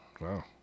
wow